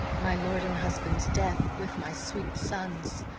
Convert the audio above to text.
my lord and husband's death, with my sweet son's,